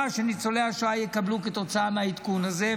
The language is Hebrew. שניצולי השואה יקבלו כתוצאה מהעדכון הזה,